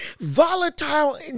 volatile